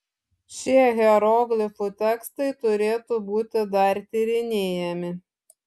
šie hieroglifų tekstai turėtų būti dar tyrinėjami